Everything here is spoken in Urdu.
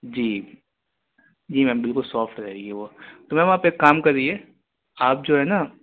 جی جی میم بالکل سافٹ رہے گی وہ تو میم آپ ایک کام کریے آپ جو ہے نا